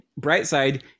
Brightside